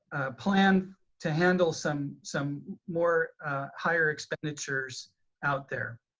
plan to handle some some more higher expenditures out there.